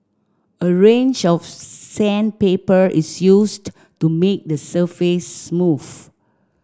a range of sandpaper is used to make the surface smooth